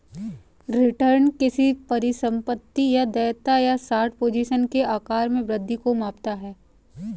return किसी परिसंपत्ति या देयता या शॉर्ट पोजीशन के आकार में वृद्धि को मापता है